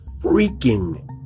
freaking